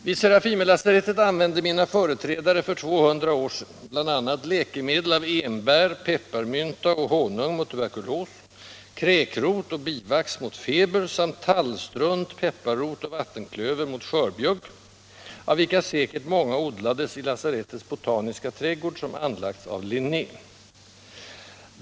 Vid Serafimerlasarettet använde mina företrädare för 200 år sedan bl.a. läkemedel av enbär, pepparmynta och honung mot tuberkulos, kräkrot och bivax mot feber samt tallstrunt, pepparrot och vattenklöver mot skörbjugg — av vilka säkert många odlades i lasarettets botaniska trädgård, som anlagts av Linné.